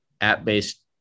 app-based